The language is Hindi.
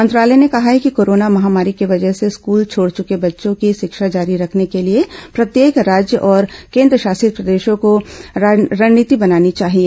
मंत्रालय ने कहा है कि कोरोना महामारी की वजह से स्कूल छोड़ चुके बच्चों की शिक्षा जारी रखने के लिए प्रत्येक राज्य और केंद्रशासित प्रदेश को रणनीति बनानी चाहिए